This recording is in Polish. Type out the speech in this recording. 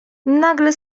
nagle